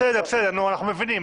בסדר, אנחנו מבינים.